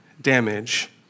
damage